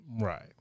Right